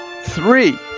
three